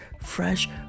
fresh